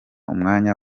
umwanya